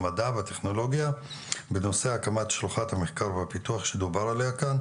המדע והטכנולוגיה בנושא הקמת שלוחת המחקר והפיתוח שדובר עליה כאן,